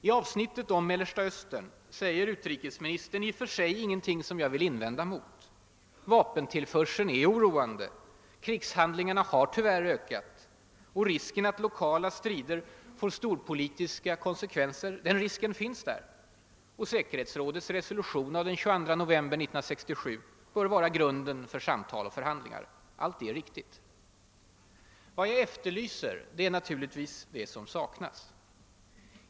I avsnittet om Mellersta Östern säger utrikesministern i och för sig ingenting som jag vill invända mot. Vapentillförseln är oroande. Krigshandlingarna har tyvärr ökat. Risken att lokala strider får storpolitiska konsekvenser finns där. Säkerhetsrådets resolution av den 22 november 1967 bör vara grunden för samtal och förhandlingar. Allt det är riktigt. Vad jag efterlyser är naturligtvis det som saknas.